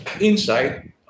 Inside